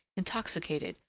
intoxicated,